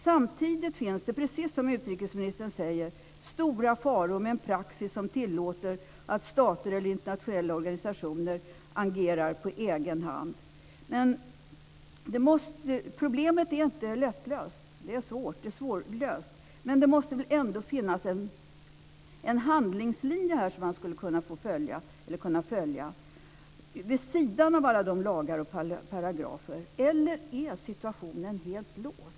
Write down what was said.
Samtidigt finns det, precis som utrikesministern säger, stora faror med en praxis som tillåter att stater eller internationella organisationer agerar på egen hand. Problemet är inte lättlöst, det är svårlöst. Men det måste väl ändå finnas en handlingslinje att följa vid sidan av alla lagar och paragrafer? Eller är situationen helt låst?